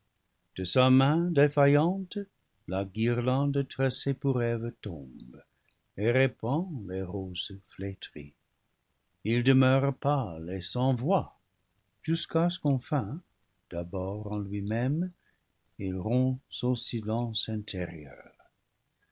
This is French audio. main défaillante la guirlande tressée perdu pour eve tombe et répand les roses flétries il demeure pâle et sans voix jusqu'à ce qu'enfin d'abord en lui-même il rompt son silence intérieur